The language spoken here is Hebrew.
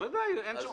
לא, אי אפשר.